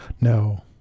No